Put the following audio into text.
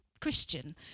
Christian